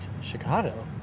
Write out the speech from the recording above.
Chicago